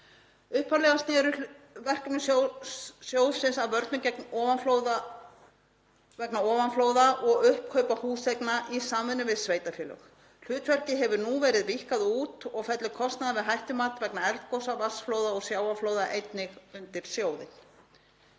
Upphaflega sneru verkefni sjóðsins að vörnum vegna ofanflóða og uppkaupa húseigna í samvinnu við sveitarfélög. Hlutverkið hefur nú verið víkkað út og fellur kostnaður við hættumat vegna eldgosa, vatnsflóða og sjávarflóða einnig undir sjóðinn.